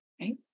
right